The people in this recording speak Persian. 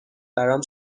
برام